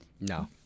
No